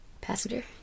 Passenger